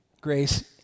Grace